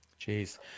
Jeez